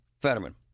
Fetterman